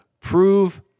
prove